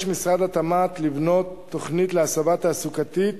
משרד התמ"ת לבנות תוכנית להסבה תעסוקתית